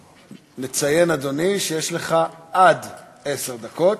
נציין, אדוני, שיש לך עד עשר דקות.